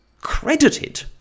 credited